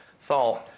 thought